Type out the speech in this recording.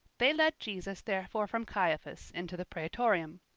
they led jesus therefore from caiaphas into the praetorium.